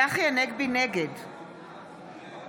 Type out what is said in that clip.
נגד